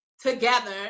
together